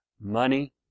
money